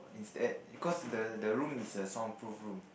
is that because the the room is a soundproof room